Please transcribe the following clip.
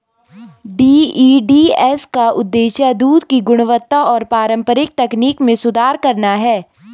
DEDS का उद्देश्य दूध की गुणवत्ता और पारंपरिक तकनीक में सुधार करना है